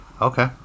Okay